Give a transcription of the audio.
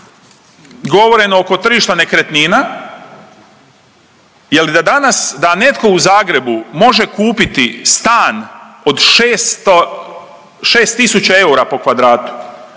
govoreno oko tržišta nekretnina jel da danas, da netko u Zagrebu može kupiti stan od šesto, 6 tisuća eura po kvadratu